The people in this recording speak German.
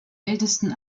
ältesten